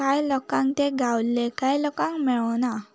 कांय लोकांक ते गावल्ले कांय लोकांक मेळो ना